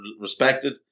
respected